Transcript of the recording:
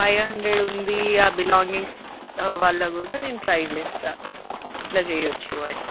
five hundred ఉంది ఆ belongings వాళ్ళ కూడా నేను ట్రై చేస్తాను ఎట్లచేయవచ్చు అని